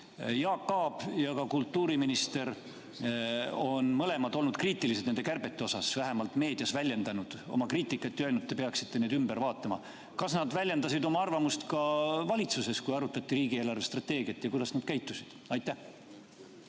Jaak Aab ja ka kultuuriminister on mõlemad olnud kriitilised nende kärbete suhtes, vähemalt on nad meedias väljendanud oma kriitikat ja öelnud, et te peaksite need ümber vaatama. Kas nad väljendasid oma arvamust ka valitsuses, kui arutati riigi eelarvestrateegiat, ja kuidas nad käitusid? Aitäh,